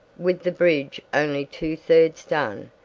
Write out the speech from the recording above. with the bridge only two thirds done,